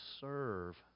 serve